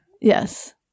Yes